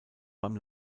beim